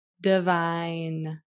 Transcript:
divine